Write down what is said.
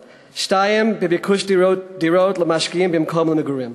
2. ביקוש דירות למשקיעים במקום למגורים.